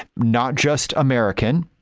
not just american,